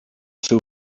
seu